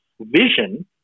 vision